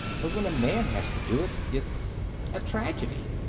but when a man has to do it, it's a tragedy.